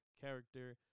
character